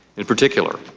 in particular,